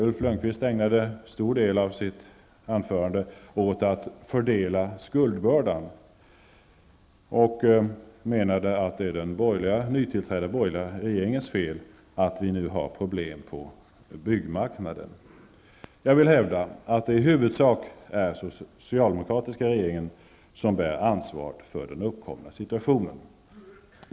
Ulf Lönnqvist ägnade en stor del av sitt anförande åt att fördela skuldbördan, och menade att det är den nytillträdda borgerliga regeringens fel att vi nu har problem på byggmarknaden. Jag vill hävda att det i huvudsak är den socialdemokratiska regeringen som bär ansvaret för den uppkomna situationen.